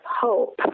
hope